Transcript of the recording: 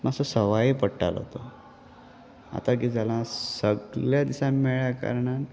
मात्सो सवाय पडटालो तो आतां किद जालां सगल्या दिसा मेळ्ळ्या कारणान